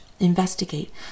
investigate